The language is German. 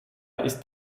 ist